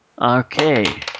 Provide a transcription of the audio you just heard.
Okay